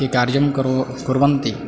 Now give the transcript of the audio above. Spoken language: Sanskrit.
ते कार्यं करो कुर्वन्ति